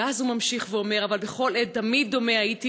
ואז הוא ממשיך ואומר: "אבל בכל עת תמיד דומה הייתי